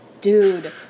dude